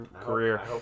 career